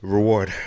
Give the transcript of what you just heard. Reward